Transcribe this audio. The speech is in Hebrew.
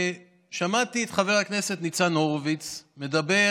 שמעתי את חבר הכנסת ניצן הורוביץ מדבר